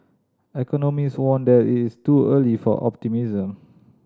economist warned that it is too early for optimism